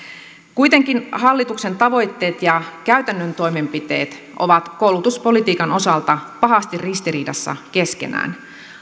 kuitenkin hallituksen tavoitteet ja käytännön toimenpiteet ovat koulutuspolitiikan osalta pahasti ristiriidassa keskenään